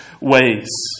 ways